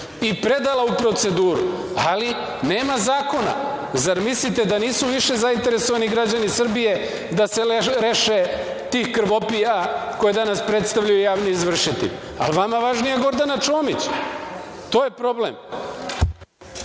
i predala u proceduru, ali nema zakona. Zar mislite da nisu više zainteresovani građani Srbije da se reše tih krvopija koje danas predstavljaju javni izvršitelji, ali vama je važnija Gordana Čomić. To je problem.